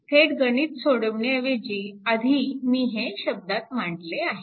थेट गणित सोडविण्याऐवजी आधी मी हे शब्दात मांडले आहे